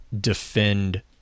defend